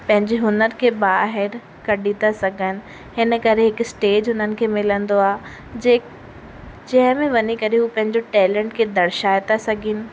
पंहिंजे हुनर खे ॿाहिरि कढी था सघनि हिन करे हिकु स्टेज हुननि खे मिलंदो आहे जे जंहिं में वञी करे हू पंहिंजो टेलेंट खे दर्शाए था सघनि